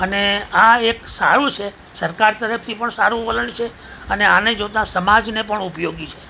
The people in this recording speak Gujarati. અને આ એક સારું છે સરકાર તરફથી પણ સારું વલણ છે અને આને જોતાં સમાજને પણ ઉપયોગી છે